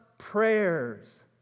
prayers